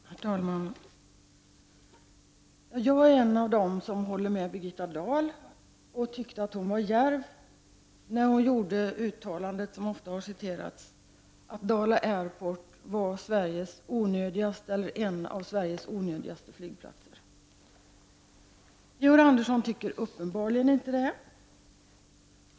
Herr talman! Jag är en av dem som håller med Birgitta Dahl. Jag tyckte att hon var djärv när hon gjorde det uttalande som ofta har citerats, att Dala Airport var en av Sveriges onödigaste flygplatser. Georg Andersson tycker uppenbarligen inte det.